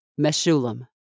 Meshulam